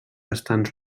bastant